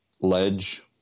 Ledge